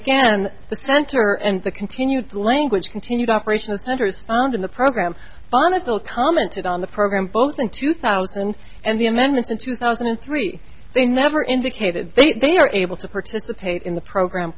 again the center and the continued language continued operational centers and in the program bonneville commented on the program both in two thousand and the amendments in two thousand and three they never indicated they were able to participate in the program